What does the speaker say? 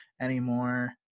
anymore